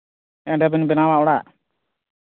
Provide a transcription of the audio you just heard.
ᱮᱸᱰᱮᱵᱮᱱ ᱵᱮᱱᱟᱣᱟ ᱚᱲᱟᱜ